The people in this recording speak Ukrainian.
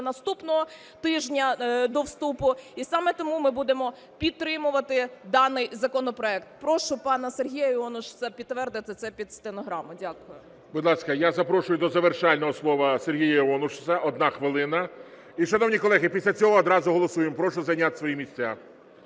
наступного тижня до вступу, і саме тому ми будемо підтримувати даний законопроект. Прошу пана Сергія Іонушаса підтвердити це під стенограму. Дякую. ГОЛОВУЮЧИЙ. Будь ласка, я запрошую до завершального слова Сергія Іонушаса – 1 хвилина. І, шановні колеги, після цього одразу голосуємо, прошу зайняти свої місця.